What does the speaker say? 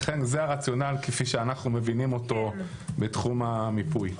לכן זה הרציונל כפי שאנחנו מבינים אותו בתחום המיפוי.